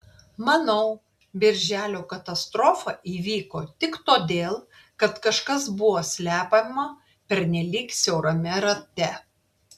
manau birželio katastrofa įvyko tik todėl kad kažkas buvo slepiama pernelyg siaurame rate